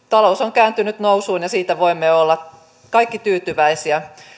talous on kääntynyt nousuun ja siitä voimme olla kaikki tyytyväisiä